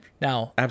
Now